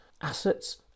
assets